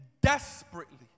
desperately